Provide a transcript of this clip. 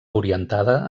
orientada